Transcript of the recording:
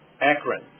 Akron